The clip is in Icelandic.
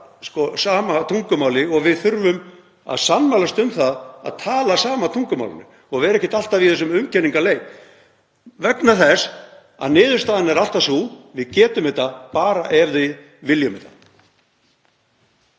sama tungumálið og við þurfum að sammælast um að tala sama tungumálið og vera ekki alltaf í þessum umkenningaleik vegna þess að niðurstaðan er alltaf sú að við getum þetta ef við bara viljum þetta.